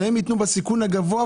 שהם ייתנו פיקדונות בסיכון הגבוה.